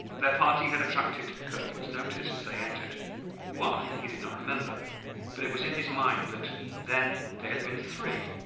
their party had attracted kirkwood's notice as they entered why, he did not remember but it was in his mind that then they had been three.